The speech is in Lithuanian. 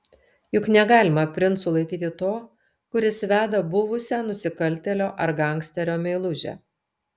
juk negalima princu laikyti to kuris veda buvusią nusikaltėlio ar gangsterio meilužę